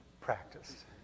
practice